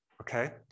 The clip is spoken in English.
okay